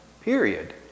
period